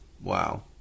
Wow